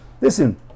Listen